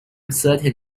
certain